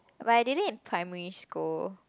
but I did it in primary school